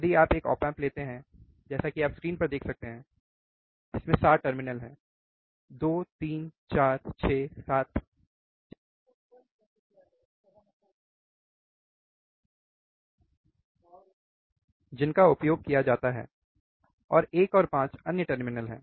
यदि आप एक ऑप एम्प लेते हैं तो जैसा कि आपने स्क्रीन पर देख सकते हैं कि 7 टर्मिनल हैं 2 3 4 6 7 हैं जिनका उपयोग किया जाता है और 1 और 5 अन्य टर्मिनल हैं